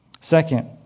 Second